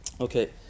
Okay